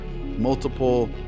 multiple